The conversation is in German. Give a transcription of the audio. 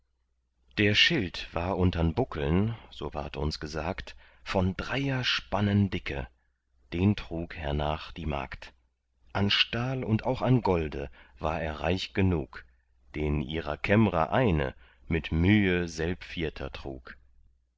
der schild war untern buckeln so ward uns gesagt von dreier spannen dicke den trug hernach die magd an stahl und auch an golde war er reich genug den ihrer kämmrer einer mit mühe selbvierter trug